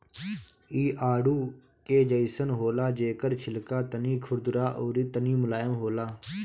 इ आडू के जइसन होला जेकर छिलका तनी खुरदुरा अउरी तनी मुलायम होला